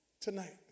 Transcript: tonight